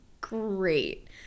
Great